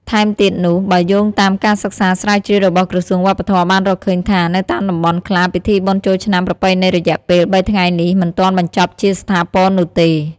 ថែមទៀតនោះ បើយោងតាមការសិក្សាស្រាវជ្រាវរបស់ក្រសួងវប្បធម៌បានរកឃើញថា នៅតាមតំបន់ខ្លះ ពិធីបុណ្យចូលឆ្នាំប្រពៃណីរយៈពេល ៣ ថ្ងៃនេះ មិនទាន់បញ្ចប់ជាស្ថាពរនោះទេ។